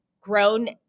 grown